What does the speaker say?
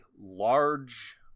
large